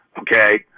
okay